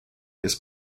his